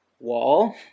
wall